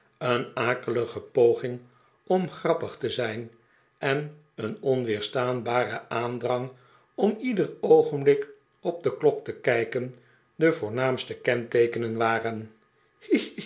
een akelige poging om grappig te zijn en een onweerstaanbare aandrang om ieder oogenblik op de klok te kijken de voornaamste kenteekenen waren